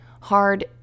hard